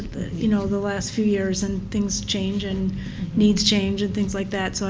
you know, the last few years and things change and needs change, and things like that. so